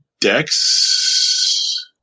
Dex